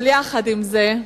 אבל עם זה,